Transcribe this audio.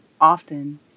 often